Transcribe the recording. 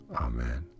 Amen